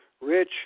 rich